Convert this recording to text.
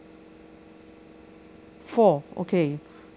four okay